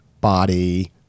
body